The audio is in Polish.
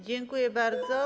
Dziękuję bardzo.